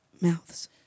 Mouths